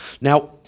Now